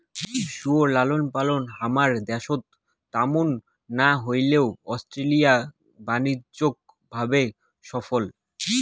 শুয়োর লালনপালন হামার দ্যাশত ত্যামুন না হইলেও অস্ট্রেলিয়া বাণিজ্যিক ভাবে সফল